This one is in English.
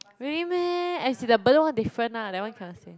really meh as in the Bedok one different lah that one cannot say